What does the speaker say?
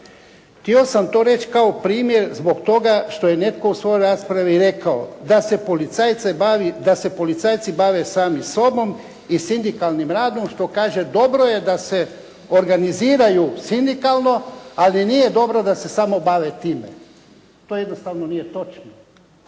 htio sam to reći kao primjer zbog toga što je netko u svojoj raspravi rekao da se policajci bave sami sobom i sindikalnim radom što kaže dobro je da se organiziraju sindikalno, ali nije dobro da se samo bave time. To jednostavno nije točno.